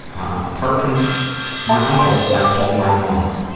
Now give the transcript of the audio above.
apart from my uncle, i've told my mum.